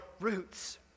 roots